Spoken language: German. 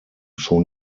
schon